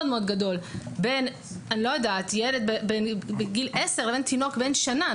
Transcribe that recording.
מאוד גדול בין ילד בגיל 10 לבין תינוק בן שנה.